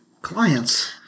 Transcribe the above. clients